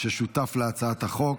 ששותף להצעת החוק,